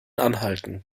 anhalten